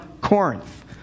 Corinth